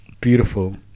Beautiful